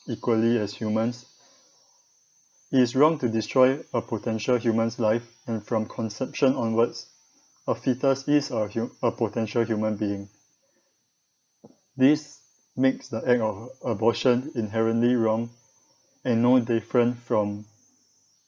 equally as humans it is wrong to destroy a potential human's life and from conception onwards a foetus is a hu~ a potential human being this makes the act of abortion inherently wrong and no different from